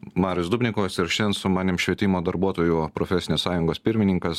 marius dubnikovas ir šiandien su manim švietimo darbuotojų profesinės sąjungos pirmininkas